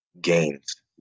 gains